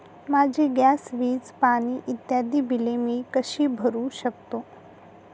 माझी गॅस, वीज, पाणी इत्यादि बिले मी कशी भरु शकतो?